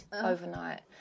overnight